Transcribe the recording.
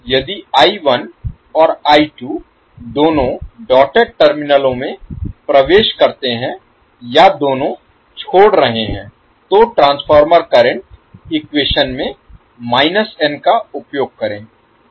• यदि I1 और I2 दोनों डॉटेड टर्मिनलों में प्रवेश करते हैं या दोनों छोड़ रहे हैं तो ट्रांसफार्मर करंट इक्वेशन में n का उपयोग करें